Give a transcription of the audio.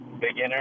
Beginner